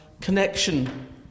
connection